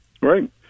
Right